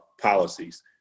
policies